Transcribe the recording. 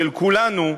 של כולנו,